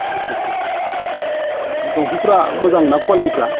आच्चा आच्चा दंफांफोरा मोजां ना कुवालिटिफ्रा